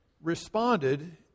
responded